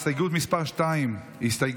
הסתייגות מס' 2 לסעיף